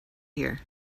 here